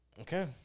Okay